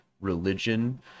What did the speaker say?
religion